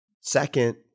Second